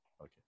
Okay